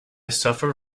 suffer